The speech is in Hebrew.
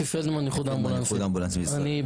אפי פלדמן, איחוד האמבולנסים בישראל.